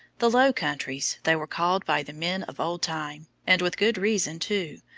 the low countries they were called by the men of old time and with good reason too,